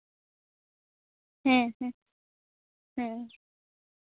ᱦᱮᱸ ᱦᱮᱸ ᱦᱮᱸ